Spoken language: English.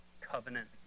covenant